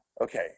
okay